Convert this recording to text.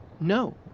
No